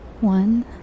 One